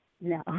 no